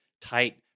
tight